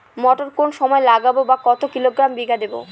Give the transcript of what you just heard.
মটর কোন সময় লাগাবো বা কতো কিলোগ্রাম বিঘা দেবো?